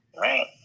Right